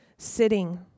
Sitting